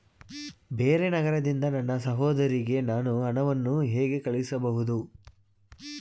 ಬೇರೆ ನಗರದಿಂದ ನನ್ನ ಸಹೋದರಿಗೆ ನಾನು ಹಣವನ್ನು ಹೇಗೆ ಕಳುಹಿಸಬಹುದು?